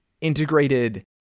integrated